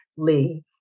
Lee